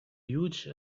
huge